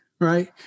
right